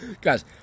Guys